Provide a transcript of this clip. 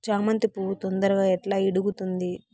చామంతి పువ్వు తొందరగా ఎట్లా ఇడుగుతుంది?